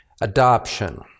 Adoption